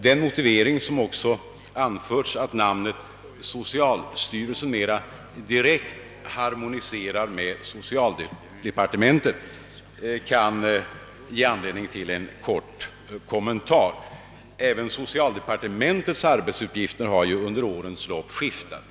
Den motivering som anförts, att namnet socialstyrelsen mera direkt harmoniserar med socialdepartementet, kan också ge anledning till en kort kommentar. Även «socialdepartementets arbetsuppgifter har skiftat under årens lopp.